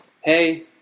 hey